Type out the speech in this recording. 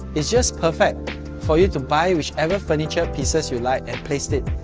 it's just perfect for you to buy whichever furniture pieces you like and placed it.